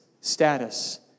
status